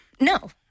No